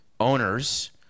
owners